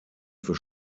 für